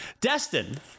Destin